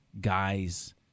guys